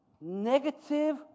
negative